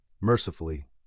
Mercifully